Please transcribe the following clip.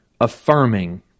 affirming